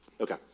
Okay